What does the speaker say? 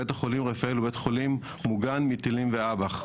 בית החולים רפאל הוא בית חולים מוגן מטילים ואב"כ.